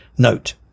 Note